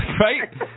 Right